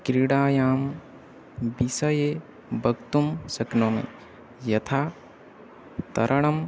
क्रीडायां विषये वक्तुं शक्नोमि यथा तरणम्